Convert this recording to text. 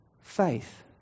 faith